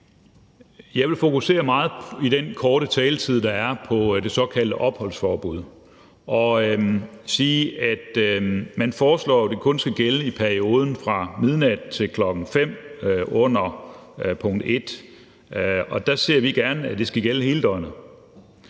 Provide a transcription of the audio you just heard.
Jeg vil i den korte taletid, der er, fokusere meget på det såkaldte opholdsforbud. Man foreslår jo, at det kun skal gælde i perioden fra midnat til kl. 5.00, under punkt 1, og jeg vil sige, at der ser vi gerne, at det skal gælde hele døgnet.